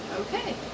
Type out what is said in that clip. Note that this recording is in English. Okay